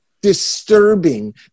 disturbing